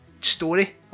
story